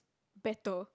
better